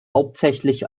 hauptsächlich